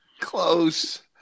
Close